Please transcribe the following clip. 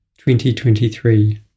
2023